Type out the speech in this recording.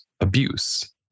abuse